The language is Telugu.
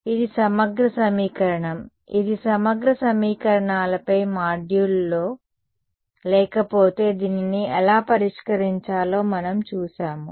కాబట్టి ఇది సమగ్ర సమీకరణం ఇది సమగ్ర సమీకరణాలపై మాడ్యూల్లో లేకపోతే దీనిని ఎలా పరిష్కరించాలో మనం చూశాము